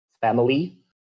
family